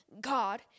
God